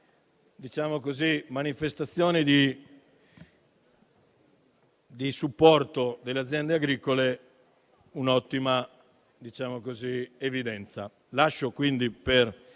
anche nelle manifestazioni di supporto delle aziende agricole, un'ottima evidenza.